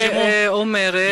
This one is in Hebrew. שאומרת,